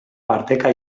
parteka